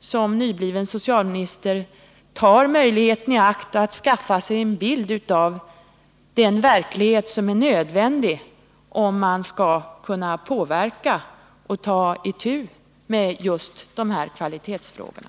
som nybliven socialminister tar tillfället i akt att skaffa sig den bild av verkligheten som är nödvändig om man skall kunna ta itu med de här kvalitetsfrågorna.